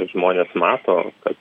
žmonės mato kad